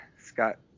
scott